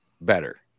better